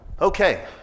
Okay